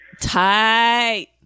Tight